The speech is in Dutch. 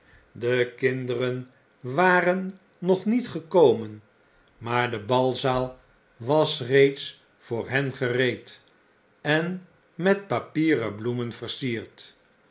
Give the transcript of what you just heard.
de kinderen waren nog niet gekomen maar de balzaal was reeds voor hen gereed efi met papieren bloemen versierd